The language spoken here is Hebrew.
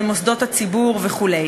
למוסדות הציבור וכו'.